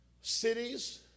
Cities